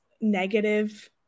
negative